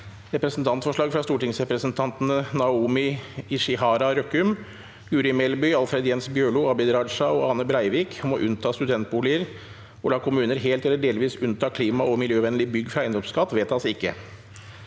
Representantforslag fra stortingsrepresentantene Naomi Ichihara-Røkkum, Guri Melby, Alfred Jens Bjørlo, Abid Raja og Ane Breivik om å unnta studentboliger og la kommuner helt eller delvis unnta klima- og miljøvennlige bygg fra eiendomsskatt – vedtas ikke.